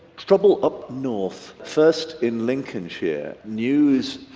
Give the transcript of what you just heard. trouble up north. first in lincolnshire news,